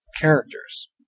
characters